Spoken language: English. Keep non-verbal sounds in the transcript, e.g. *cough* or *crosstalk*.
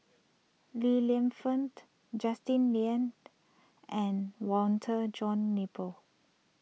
Li Lienfung *unintelligible* Justin Lean *unintelligible* and Walter John Napier